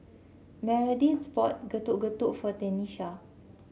Meredith bought Getuk Getuk for Tenisha